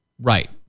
right